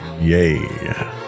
Yay